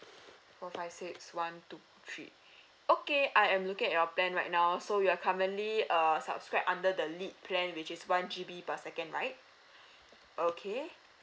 four five six one two three okay I am looking at your plan right now so you are currently err subscribe under the lead plan which is one G_B per second right okay